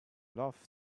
love